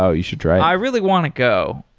ah you should try it. i really want to go.